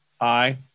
Aye